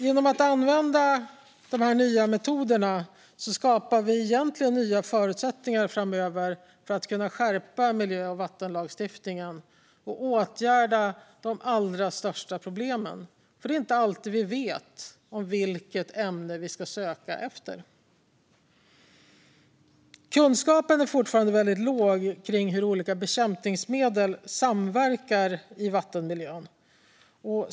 Genom att använda de här nya metoderna skapar vi egentligen nya förutsättningar framöver för att kunna skärpa miljö och vattenlagstiftningen och åtgärda de allra största problemen, för det är inte alltid vi vet vilket ämne vi ska söka efter. Kunskapen är fortfarande väldigt låg om hur olika bekämpningsmedel samverkar i vattenmiljön.